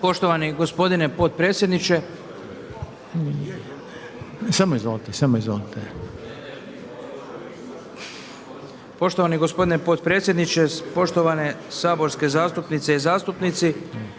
Poštovani gospodine potpredsjedniče. Poštovane saborske zastupnice i zastupnici.